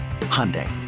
Hyundai